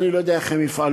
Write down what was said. אני לא יודע איך הם יפעלו,